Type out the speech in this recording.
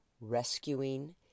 rescuing